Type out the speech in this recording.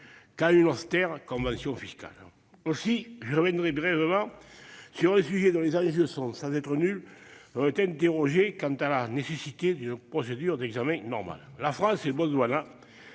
qu'à une austère convention fiscale. Aussi, je reviendrai brièvement sur un sujet dont les enjeux, sans être nuls, peuvent interroger quant à la nécessité d'une procédure d'examen normale. La France et le Botswana,